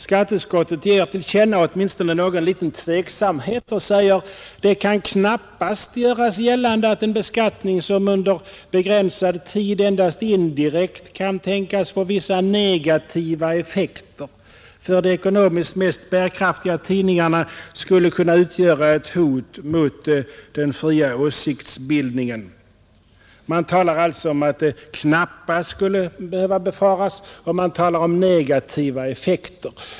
Skatteutskottet ger till känna åtminstone någon liten tveksamhet och säger: ”Det kan knappast göras gällande att en beskattning som under begränsad tid endast indirekt kan tänkas få vissa negativa effekter för de ekonomiskt mest bärkraftiga tidningarna skulle kunna utgöra något hot mot den fria åsiktsbildningen.” Man talar alltså om att det ”knappast” skulle behöva befaras och man talar om ”vissa negativa effekter”.